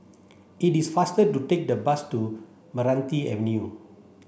it is faster to take the bus to Meranti Avenue